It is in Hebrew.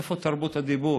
איפה תרבות הדיבור?